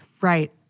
Right